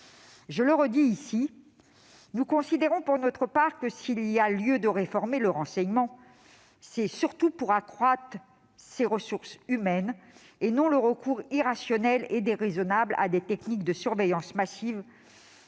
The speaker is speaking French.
Je le redis ici, nous considérons pour notre part que, s'il y a lieu de réformer le renseignement, c'est pour accroître ses personnels et non pour recourir de façon irrationnelle et déraisonnable à des techniques de surveillance massive